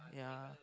yeah